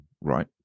right